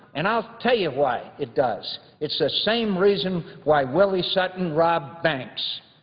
and i'll tell you why it does. it's the same reason why willie sutton robbed banks.